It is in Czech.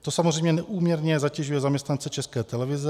To samozřejmě neúměrně zatěžuje zaměstnance České televize.